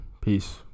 Peace